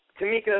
Tamika